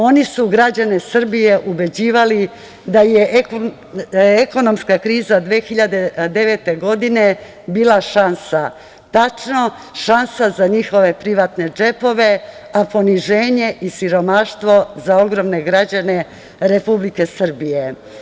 Oni su građane Srbije ubeđivali da je ekonomska kriza 2009. godine bila šansa, tačno šansa za njihove privatne džepove, a poniženje i siromaštvo za ogromne građane Republike Srbije.